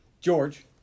George